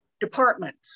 departments